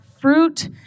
fruit